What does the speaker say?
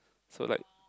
so like